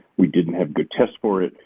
we didn't have good test for it.